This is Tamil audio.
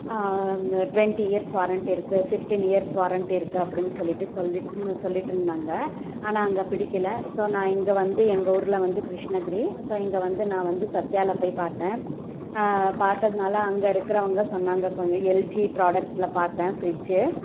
டுவெண்ட்டி இயர்ஸ் வாரண்ட்டி இருக்குது ஃபிஃப்டீன் இயர்ஸ் வாரண்ட்டி இருக்குது அப்படின்னு சொல்லிட்டு சொல்லி சொல்லிட்டுருந்தாங்க ஆனால் அங்கே பிடிக்கலை ஸோ நான் இங்கே வந்து எங்கள் ஊரில் வந்து கிருஷ்ணகிரி ஸோ இங்கே வந்து நான் வந்து சத்யாவில் போய் பார்த்தேன் பார்த்ததுனால அங்கே இருக்கிறவங்க சொன்னாங்க கொஞ்சம் எஸ்ஜி ப்ராடக்டில் பார்த்தேன் ஃபிரிட்ஜ்ஜு